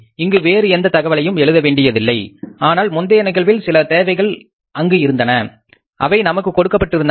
இங்கு வேறு எந்த தகவல்களையும் எழுத வேண்டியதில்லை ஆனால் முந்தைய நிகழ்வில் சில தேவைகள் அங்கு இருந்தது அவை நமக்கு கொடுக்கப்பட்டிருந்தன